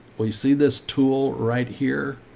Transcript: well, you see this tool right here,